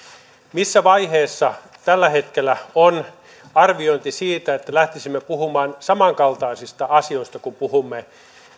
missä vaiheessa tällä hetkellä on arviointi siitä että lähtisimme puhumaan samankaltaisista asioista kun puhumme